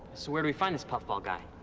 so where do we find this puffball guy?